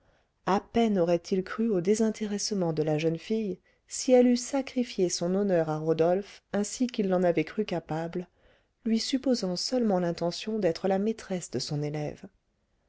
à peine aurait-il cru au désintéressement de la jeune fille si elle eût sacrifié son honneur à rodolphe ainsi qu'il l'en avait crue capable lui supposant seulement l'intention d'être la maîtresse de son élève